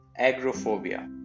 Agrophobia